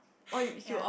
ya